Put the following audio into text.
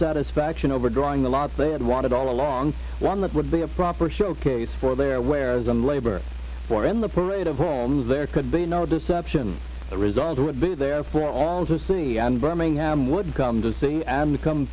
satisfaction over drawing the lot they had wanted all along one that would be a proper showcase for their wares and labor for in the parade of homes there could be no deception the result would be there for all to see and birmingham would come to see and become